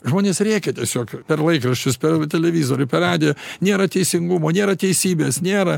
žmonės rėkia tiesiog per laikraščius per televizorių per radiją nėra teisingumo nėra teisybės nėra